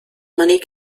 money